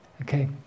okay